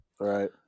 right